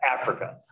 Africa